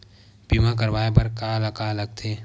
बीमा करवाय बर का का लगथे?